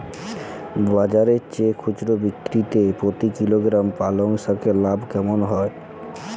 বাজারের চেয়ে খুচরো বিক্রিতে প্রতি কিলোগ্রাম পালং শাকে লাভ কেমন হয়?